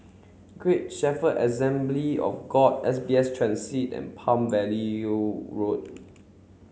great Shepherd Assembly of God S B S Transit and Palm Valley Road